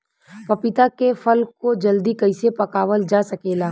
पपिता के फल को जल्दी कइसे पकावल जा सकेला?